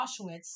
auschwitz